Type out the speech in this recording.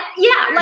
yeah, like,